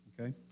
okay